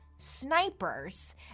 snipers